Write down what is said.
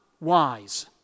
wise